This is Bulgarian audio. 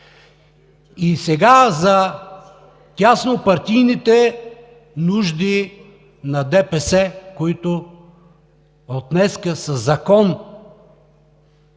И сега за тяснопартийните нужда на ДПС, които от днес със закон